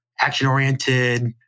action-oriented